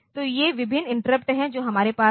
तो ये विभिन्न इंटरप्ट हैं जो हमारे पास हैं